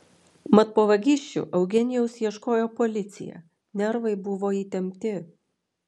mat po vagysčių eugenijaus ieškojo policija nervai buvo įtempti